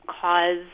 cause